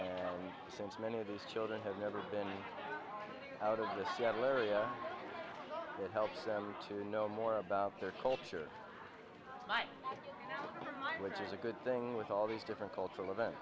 and since many of these children have never been out of this you have larry it helps them to know more about their culture which is a good thing with all these different cultural events